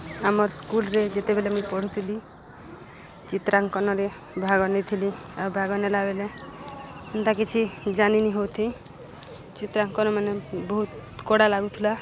ଆମର୍ ସ୍କୁଲ୍ରେ ଯେତେବେଲେ ମୁଇଁ ପଢ଼ୁଥିଲି ଚିତ୍ରାଙ୍କନରେ ଭାଗ ନେଇଥିଲି ଆଉ ଭାଗ ନେଲାବେଲେ ହେନ୍ତା କିଛି ଜାନିନିହଉଥି ଚିତ୍ରାଙ୍କନ ମାନେ ବହୁତ୍ କଡ଼ା ଲାଗୁଥିଲା